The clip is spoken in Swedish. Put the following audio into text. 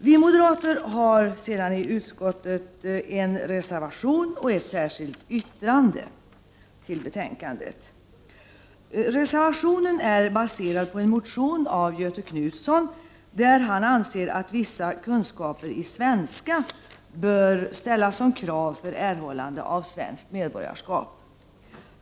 Vi moderater i utskottet har avgivit en reservation och ett särskilt yttrande. Reservationen är baserad på en motion av Göthe Knutson, där han anser att vissa kunskaper i svenska bör ställas som krav för erhållande av svenskt medborgarskap.